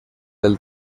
del